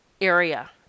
area